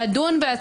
בוקר טוב חברים,